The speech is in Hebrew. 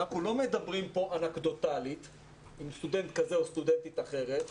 אנחנו לא מדברים אנקדוטית עם סטודנט כזה או סטודנטית אחרת,